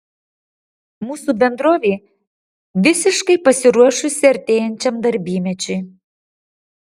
mūsų bendrovė visiškai pasiruošusi artėjančiam darbymečiui